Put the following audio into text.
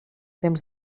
temps